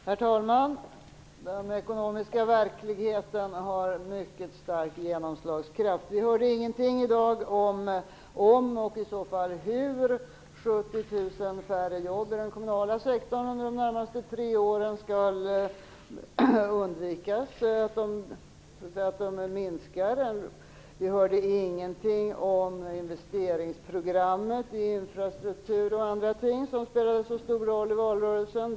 Herr talman! Den ekonomiska verkligheten har mycket stark genomslagskraft. Vi hörde i dag ingenting om och i så fall hur en minskning av jobben inom den kommunala sektorn med 70 000 skall undvikas under de närmaste tre åren. Vi hörde ingenting om investeringsprogrammet i infrastruktur och annat, något som spelade en stor roll under valrörelsen.